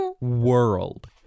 world